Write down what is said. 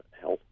health